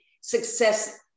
success